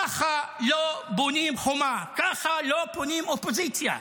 ככה לא בונים חומה, ככה לא בונים אופוזיציה,